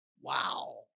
Wow